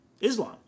Islam